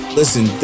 listen